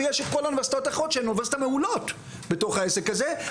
ויש את כל האוניברסיטאות האחרות שהן אוניברסיטאות מעולות בתוך העסק הזה,